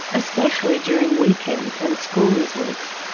especially during weekends and schoolies weeks,